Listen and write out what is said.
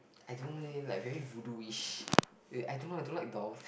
I don't know leh like very voodoo-ish I don't I don't like dolls